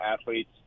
athletes